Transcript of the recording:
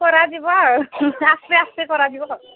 କରାଯିବ ଆଉ ଆସ୍ତେ ଆସ୍ତେ କରାଯିବ